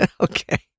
Okay